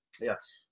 Yes